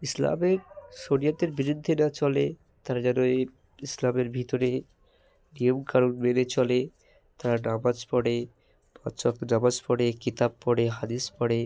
ইসলামে সরিয়তের বিরুদ্ধে না চলে তারা যেন এই ইসলামের ভিতরে নিয়ম কানুন মেনে চলে তারা নামাজ পড়ে পাঁচ ওয়াক্ত নামাজ পড়ে কেতাব পড়ে হাদিস পড়ে